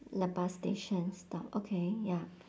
the bus station stop okay ya